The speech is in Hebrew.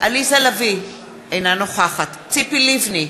עליזה לביא, אינה נוכחת ציפי לבני,